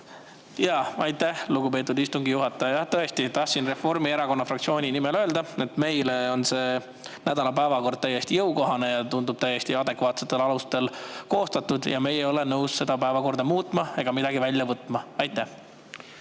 Aitäh, lugupeetud istungi juhataja! Tõesti, tahan Reformierakonna fraktsiooni nimel öelda, et meile on see nädala päevakord täiesti jõukohane ja tundub olevat täiesti adekvaatsetel alustel koostatud. Me ei ole nõus seda päevakorda muutma, midagi sealt välja võtma. Aitäh,